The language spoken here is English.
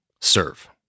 serve